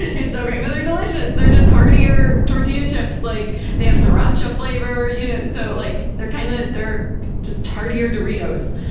it's so great. but they're delicious! they're just heartier tortilla chips. like they have sriracha flavor, you know so like they're kind of they're just heartier doritos.